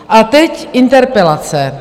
A teď interpelace.